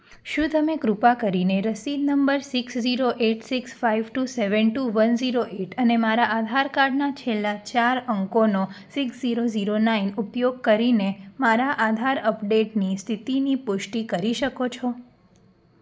શું તમે કૃપા કરીને રસીદ નંબર six zero eight six five two seven two one zero eight અને મારા આધાર કાર્ડના છેલ્લા ચાર અંકોનો સિક્સ ઝીરો ઝીરો નાઈન ઉપયોગ કરીને મારા આધાર અપડેટની સ્થિતિની પુષ્ટિ કરી શકો છો